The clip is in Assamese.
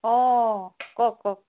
অঁ কওক কওক